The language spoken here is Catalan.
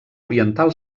oriental